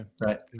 right